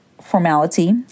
formality